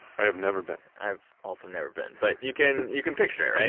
i have never been i've also never been, but you can you can picture it, right?